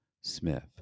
Smith